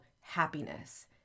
happiness